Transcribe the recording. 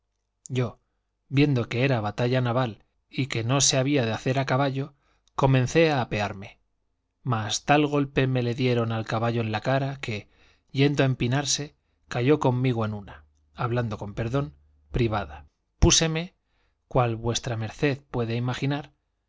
yo viendo que era batalla nabal y que no se había de hacer a caballo comencé a apearme mas tal golpe me le dieron al caballo en la cara que yendo a empinarse cayó conmigo en una hablando con perdón privada púseme cual v md puede imaginar